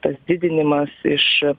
tas didinimas iš